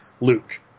Luke